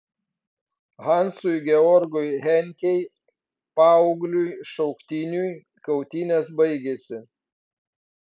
hansui georgui henkei paaugliui šauktiniui kautynės baigėsi